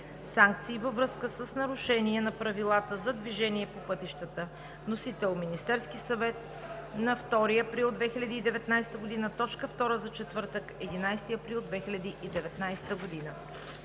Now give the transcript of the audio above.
санкции във връзка с нарушения на правилата за движение по пътищата. Вносител е Министерският съвет на 2 април 2019 г. – точка втора за четвъртък, 11 април 2019 г.